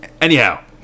Anyhow